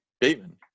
bateman